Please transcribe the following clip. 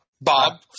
Bob